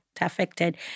affected